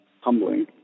humbling